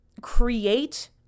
create